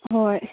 ꯍꯣꯏ